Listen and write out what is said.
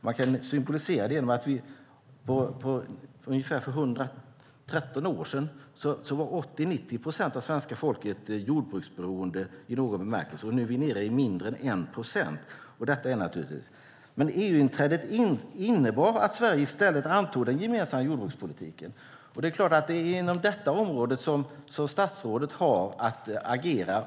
Det kan symboliseras med att för ungefär 113 år sedan var 80-90 procent av svenska folket jordbruksberoende i någon bemärkelse, och nu är vi nere i mindre än 1 procent. EU-inträdet innebar att Sverige i stället antog den gemensamma jordbrukspolitiken. Det är klart att det är inom detta område som statsrådet har att agera.